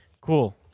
Cool